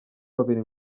babiri